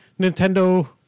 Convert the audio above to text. Nintendo